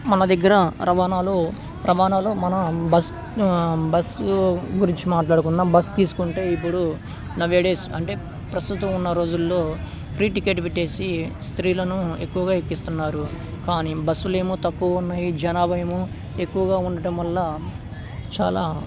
మన దగ్గర రవాణాాలు రవాణాాలు మన బస్ బస్సు గురించి మాట్లాడుకున్నా బస్ తీసుకుంటే ఇప్పుడు నవేడేస్ అంటే ప్రస్తుతం ఉన్న రోజుల్లో ఫ్రీ టికెట్ పెట్టేసి స్త్రీలను ఎక్కువగా ఎక్కిస్తున్నారు కానీ బస్సులు ఏమో తక్కువ ఉన్నాయి జనాభా ఏమో ఎక్కువగా ఉండటం వల్ల చాలా